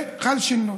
וחל שינוי.